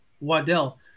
Waddell